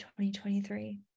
2023